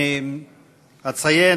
אני אציין,